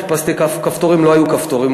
חיפשתי כפתורים ולא היו כפתורים.